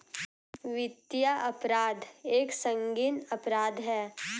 वित्तीय अपराध एक संगीन अपराध है